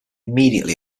immediately